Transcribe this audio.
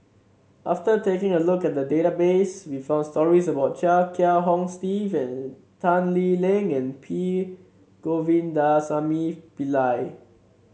after taking a look at the database we found stories about Chia Kiah Hong Steve Tan Lee Leng and P Govindasamy Pillai